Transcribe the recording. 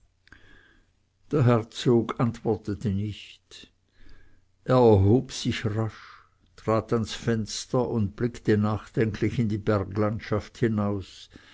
der herzog antwortete nicht er erhob sich rasch trat ans fenster und blickte nachdenklich in die berglandschaft hinaus